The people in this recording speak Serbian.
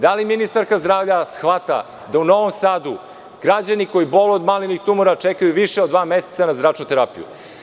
Da li ministarka zdravlja shvata da u Novom Sadu građani koji boluju od malignih tumora čekaju više od dva meseca na zračnu terapiju?